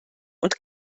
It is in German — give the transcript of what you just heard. und